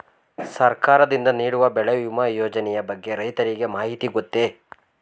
ಸರ್ಕಾರದಿಂದ ನೀಡುವ ಬೆಳೆ ವಿಮಾ ಯೋಜನೆಯ ಬಗ್ಗೆ ರೈತರಿಗೆ ಮಾಹಿತಿ ಗೊತ್ತೇ?